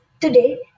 today